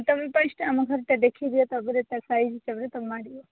ହଁ ତୁମେ ଫାଷ୍ଟ୍ ଆମ ଘରଟା ଦେଖିଦିଅ ତାପରେ ତାର ସାଇଜ୍ ହିସାବାର ତୁମେ ମାରିବ